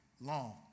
long